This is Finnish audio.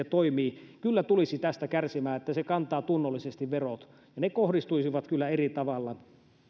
kyllä tulisi kärsimään tästä että se kantaa tunnollisesti verot ne kohdistuisivat kyllä eri tavalla